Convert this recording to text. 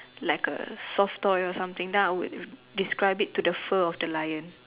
like a soft toy or something then I would describe to something like the fur of a lion